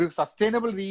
sustainable